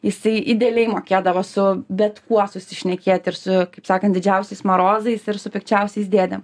jisai idealiai mokėdavo su bet kuo susišnekėti ir su kaip sakant didžiausiais marozais ir su pikčiausiais dėdėm